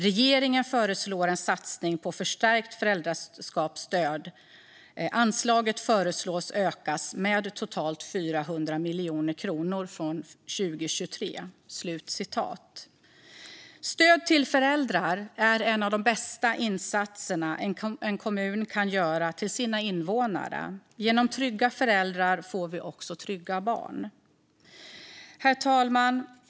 Regeringen föreslår en satsning på förstärkt föräldraskapsstöd. Anslaget föreslås öka med totalt 400 miljoner kronor från 2023. Stöd till föräldrar är en av de bästa insatser en kommun kan göra för sina invånare. Genom trygga föräldrar får vi också trygga barn. Herr talman!